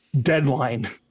deadline